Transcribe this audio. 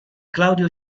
claudio